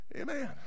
amen